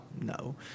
no